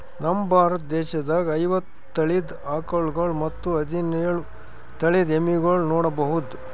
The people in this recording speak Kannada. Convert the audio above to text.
ನಮ್ ಭಾರತ ದೇಶದಾಗ್ ಐವತ್ತ್ ತಳಿದ್ ಆಕಳ್ಗೊಳ್ ಮತ್ತ್ ಹದಿನೋಳ್ ತಳಿದ್ ಎಮ್ಮಿಗೊಳ್ ನೋಡಬಹುದ್